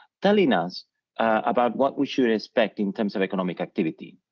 telling us about what we should expect in terms of economic activity.